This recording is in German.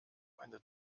eine